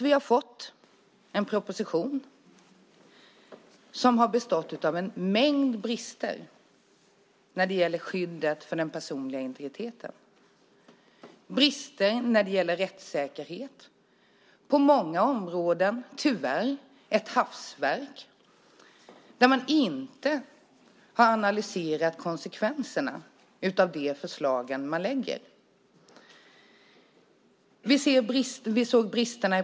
Vi har fått en proposition som har en mängd brister när det gäller skyddet för den personliga integriteten. Det är brister när det gäller rättssäkerhet. På många områden är det tyvärr ett hafsverk där man inte har analyserat konsekvenserna av de förslag som man lägger fram.